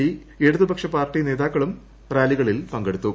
D ഇടതുപക്ഷ party നേതാക്കളും റാലികളിൽ പങ്കെടുത്തു